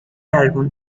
álbum